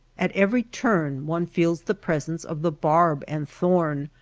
at every turn one feels the presence of the barb and thorn,